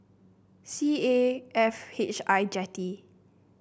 C A F H I Jetty